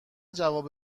جواب